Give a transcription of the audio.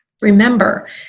Remember